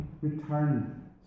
return